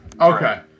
Okay